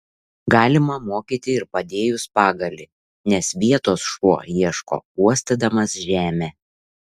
galima mokyti ir padėjus pagalį nes vietos šuo ieško uostydamas žemę